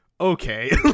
okay